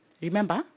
remember